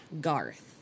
Garth